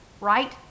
right